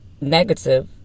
negative